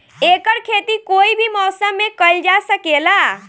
एकर खेती कोई भी मौसम मे कइल जा सके ला